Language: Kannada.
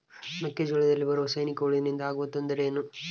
ಮೆಕ್ಕೆಜೋಳದಲ್ಲಿ ಬರುವ ಸೈನಿಕಹುಳುವಿನಿಂದ ಆಗುವ ತೊಂದರೆ ಏನು?